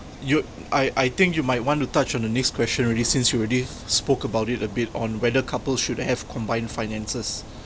you'd I I think you might want to touch on the next question already since you already spoke about it a bit on whether couples should have combined finances